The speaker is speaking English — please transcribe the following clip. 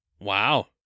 Wow